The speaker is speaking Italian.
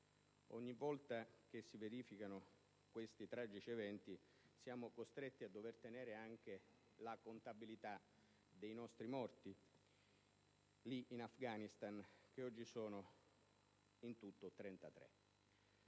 ogni volta che si verificano questi tragici eventi siamo costretti a tenere anche la contabilità dei nostri morti in Afghanistan: sono in tutto 33.